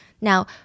Now